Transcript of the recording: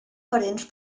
parents